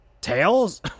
Tails